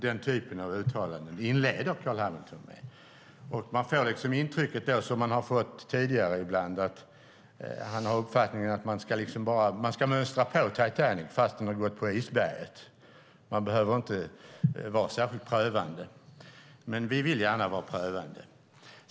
Man får intrycket, som man fått tidigare ibland, att han har uppfattningen att man ska mönstra på Titanic fast den har gått på isberget, att man inte behöver vara särskilt prövande. Men vi vill gärna vara prövande.